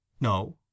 no